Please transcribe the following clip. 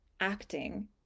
acting